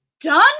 done